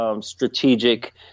Strategic